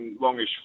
longish